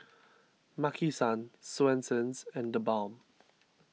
Maki San Swensens and theBalm